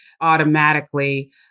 automatically